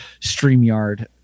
StreamYard